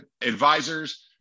advisors